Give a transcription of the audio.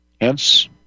Hence